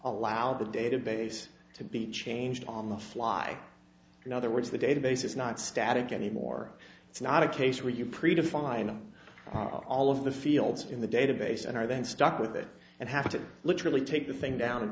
allow the database to be changed on the fly in other words the database is not static anymore it's not a case where you predefined them are all of the fields in the database and are then stuck with it and have to literally take the thing down and